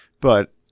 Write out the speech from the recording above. But-